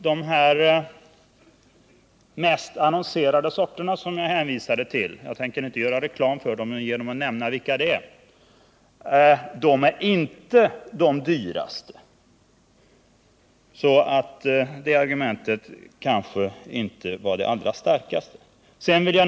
De mest annonserade sorterna, som jag hänvisade till — jag tänker inte göra reklam för dem genom att nämna vilka de är — är inte de dyraste. Det argumentet var kanske därför inte det allra starkaste, Torsten Bengtson.